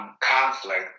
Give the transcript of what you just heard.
conflict